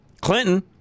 Clinton